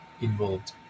involved